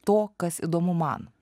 to kas įdomu man